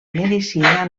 medicina